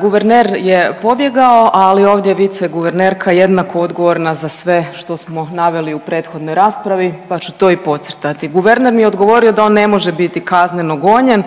Guverner je pobjegao, ali ovdje viceguvernerka je jednako odgovorna za sve što smo naveli u prethodnoj raspravi, pa ću to i podcrtati. Guverner mi je odgovorio da on ne može biti kazneno gonjen